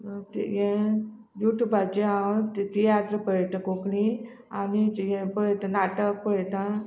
आतां हें युटुबाचेर हांव तियात्र पळयता कोंकणी आनी जी हें पळयता नाटक पळयता